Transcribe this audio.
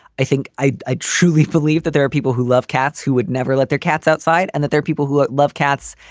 i think i i truly believe that there are people who love cats who would never let their cats outside and that they're people who love cats.